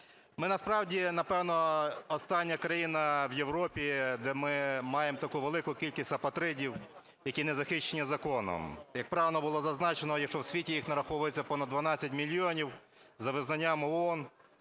Ми насправді, напевно, остання країна в Європі, де ми маємо таку велику кількість апатридів, які не захищені законом. Як правильно було зазначено, якщо у світі їх нараховується понад 12 мільйонів, за визнанням ООН,